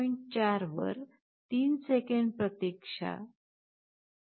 4 वर 3 सेकंदची प्रतीक्षा 0